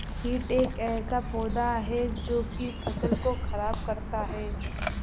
कीट एक ऐसा पौधा है जो की फसल को खराब करता है